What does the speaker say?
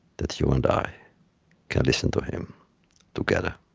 that you and i can listen to him together.